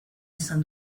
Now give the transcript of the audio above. izan